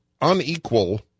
unequal